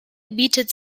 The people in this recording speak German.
bietet